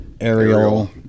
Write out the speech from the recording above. aerial